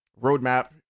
roadmap